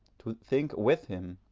to think with him,